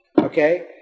Okay